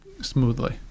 smoothly